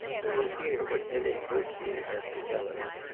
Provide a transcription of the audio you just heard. we will hear what helene vauquier has to tell us.